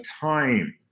time